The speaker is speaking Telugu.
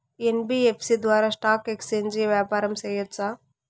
యన్.బి.యఫ్.సి ద్వారా స్టాక్ ఎక్స్చేంజి వ్యాపారం సేయొచ్చా?